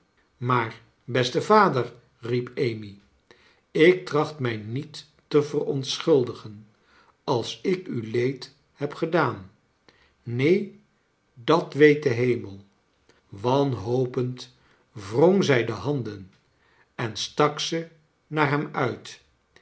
maar beste vader riep amy ik tracht mij niet te verontschuldigen als ik u leed heb gedaan neen dat weet de hemelf wanhopend wrong zij de handen en stak ze naar hem uit